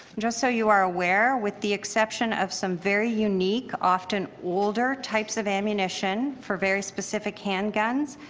just so you are aware with the exception of some very unique often older types of ammunition for very specific handguns,